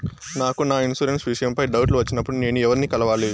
నాకు నా ఇన్సూరెన్సు విషయం పై డౌట్లు వచ్చినప్పుడు నేను ఎవర్ని కలవాలి?